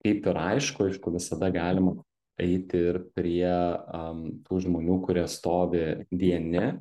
kaip ir aišku aišku visada galima eiti ir prie am tų žmonių kurie stovi vieni